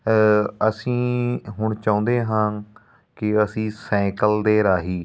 ਅਸੀਂ ਹੁਣ ਚਾਹੁੰਦੇ ਹਾਂ ਕਿ ਅਸੀਂ ਸੈਂਕਲ ਦੇ ਰਾਹੀਂ